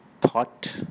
thought